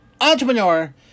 entrepreneur